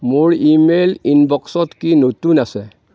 মোৰ email ইনবক্সত কি নতুন আছে